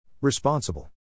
Responsible